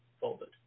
Folded